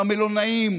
המלונאים,